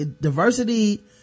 diversity